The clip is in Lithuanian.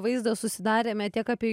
vaizdą susidarėme tiek apie